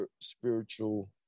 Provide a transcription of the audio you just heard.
spiritual